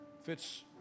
Fitz